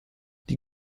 die